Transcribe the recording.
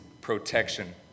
protection